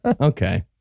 Okay